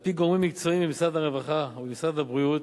על-פי גורמים מקצועיים במשרד הרווחה ובמשרד הבריאות,